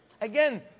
Again